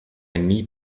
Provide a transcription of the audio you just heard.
need